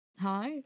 Hi